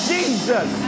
Jesus